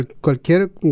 cualquier